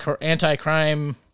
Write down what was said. anti-crime